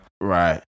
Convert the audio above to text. Right